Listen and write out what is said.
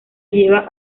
lleva